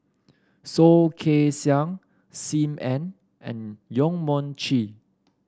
Soh Kay Siang Sim Ann and Yong Mun Chee